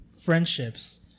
friendships